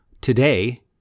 today